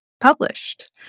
published